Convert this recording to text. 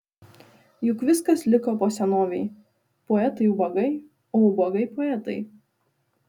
juk viskas liko po senovei poetai ubagai o ubagai poetai